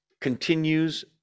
continues